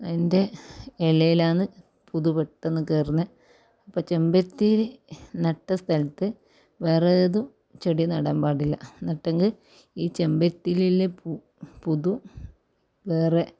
അതിൻ്റെ ഇലയിലാണ് പുതു പെട്ടെന്ന് കയറുന്നത് അപ്പം ചെമ്പരത്തി നട്ട സ്ഥലത്ത് വേറെ ഏതും ചെടി നടാൻ പാടില്ല നട്ടെങ്കിൽ ഈ ചെമ്പരത്തിയിൽ ഉള്ള പൂ പുതു വേറെ